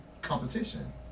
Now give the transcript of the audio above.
competition